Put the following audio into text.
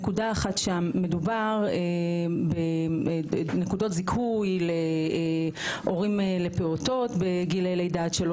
נקודה אחת שן מדובר בנקודות זיכוי להורים לפעוטות בגילאי לידה עד שלוש,